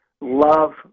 love